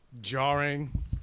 jarring